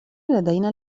لدينا